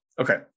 okay